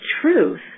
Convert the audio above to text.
truth